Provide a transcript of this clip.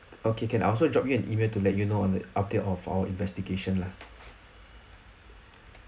okay can I'll also drop you an email to let you know on the update of our investigation lah